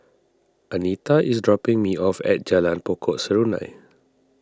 Anita is dropping me off at Jalan Pokok Serunai